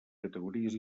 categories